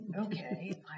Okay